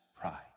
pride